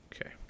Okay